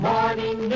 Morning